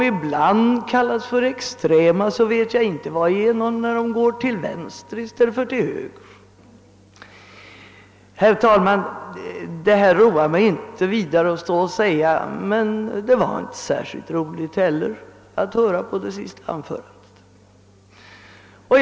Ibland kallas de extrema; jag vet inte vad de är om de går till vänster i stället för till höger. Herr talman! Det roar mig inte vidare mycket att säga detta, men det var inte heller särskilt roligt att höra på det senaste anförandet.